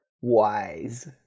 wise